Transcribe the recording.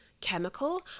chemical